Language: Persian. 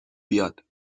بیاد